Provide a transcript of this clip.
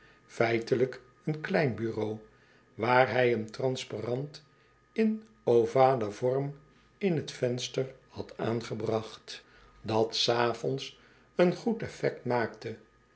feitelijk een klein bureau waar hij een transparant in ovalen vorm in t venster had aangebracht dat s avonds een goed effect maakte